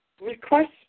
Request